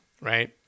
right